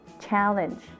challenge